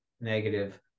negative